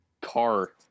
car